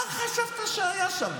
מה חשבת שהיה שם?